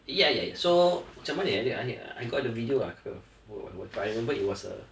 ya ya ya so macam mana I got the video ah choreo but I remember it was uh